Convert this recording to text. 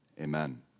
Amen